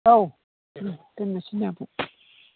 औ दोननोसैनो आबौ